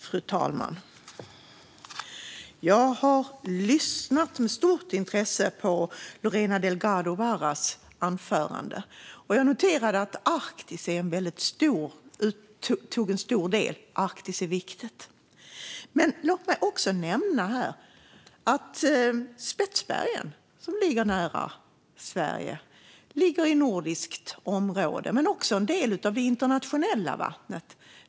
Fru talman! Jag har med stort intresse lyssnat på Lorena Delgado Varas anförande, och jag noterade att Arktis upptog en stor del av det. Arktis är viktigt. Men låt mig också nämna att Spetsbergen, som ligger nära Sverige, ligger i nordiskt område men också är en del av det internationella vattnet.